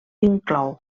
inclou